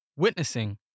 witnessing